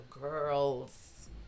girls